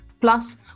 Plus